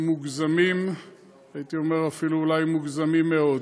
מוגזמים, הייתי אומר אפילו אולי מוגזמים מאוד.